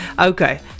Okay